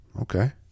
Okay